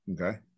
Okay